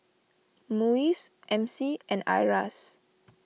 Muis M C and Iras